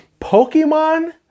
Pokemon